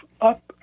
up